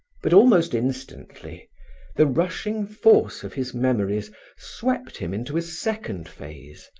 but almost instantly the rushing force of his memories swept him into a second phase,